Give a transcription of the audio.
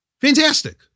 Fantastic